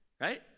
Right